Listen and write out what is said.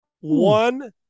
One